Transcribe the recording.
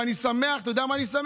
ואני שמח, אתה יודע על מה אני שמח?